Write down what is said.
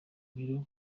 biro